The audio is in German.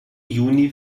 juni